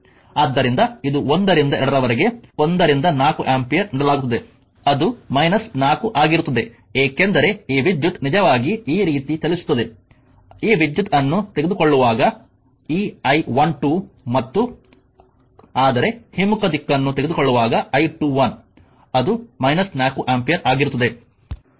ಆದ್ದರಿಂದ ಇದು 1 ರಿಂದ 2 ರವರೆಗೆ 1 ರಿಂದ 4 ಆಂಪಿಯರ್ ನೀಡಲಾಗುತ್ತದೆ ಅದು 4 ಆಗಿರುತ್ತದೆ ಏಕೆಂದರೆ ಈ ವಿದ್ಯುತ್ ನಿಜವಾಗಿ ಈ ರೀತಿ ಚಲಿಸುತ್ತದೆ ಈ ವಿದ್ಯುತ್ ಅನ್ನು ತೆಗೆದುಕೊಳ್ಳುವಾಗ ಈ I12 ಮತ್ತು ಆದರೆ ಹಿಮ್ಮುಖ ದಿಕ್ಕನ್ನು ತೆಗೆದುಕೊಂಡಾಗ I21 ಅದು 4 ಆಂಪಿಯರ್ ಆಗಿರುತ್ತದೆ